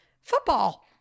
football